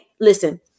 listen